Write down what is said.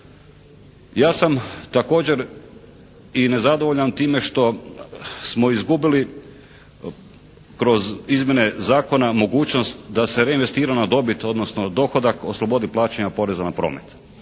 Ja sam također i nezadovoljan time što smo izgubili kroz izmjene zakona mogućnost da se reinvestirana dobit, odnosno dohodak oslobodi plaćanja poreza na promet.